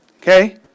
Okay